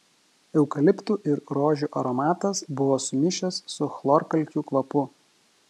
eukaliptų ir rožių aromatas buvo sumišęs su chlorkalkių kvapu